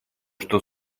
что